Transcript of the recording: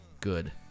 Good